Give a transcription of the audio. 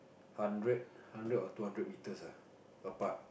hundred hundred or two hundred meters ah apart